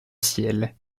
ciel